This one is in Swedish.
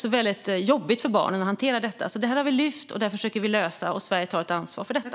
Det är väldigt jobbigt för barnen att hantera detta. Det här har vi lyft upp. Vi försöker att lösa det, och vi i Sverige tar ett ansvar för detta.